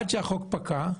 עד שהחוק פקע,